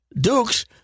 Duke's